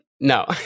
No